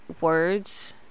words